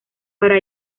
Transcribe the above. para